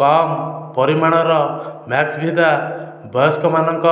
କମ୍ ପରିମାଣର ମ୍ୟାକ୍ସଭିଦା ବୟସ୍କମାନଙ୍କ